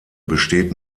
besteht